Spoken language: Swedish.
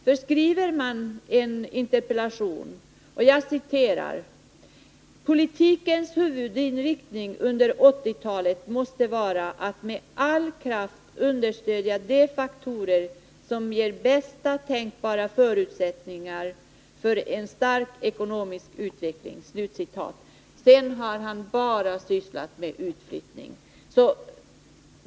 Han skriver i sin interpellation: ”Politikens huvudinriktning under 1980-talet måste vara att med all kraft understödja de faktorer som ger bästa tänkbara förutsättningar för en stark ekonomisk utveckling.” Sedan har han bara sysslat med utflyttning.